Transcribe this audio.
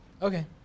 Okay